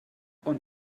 und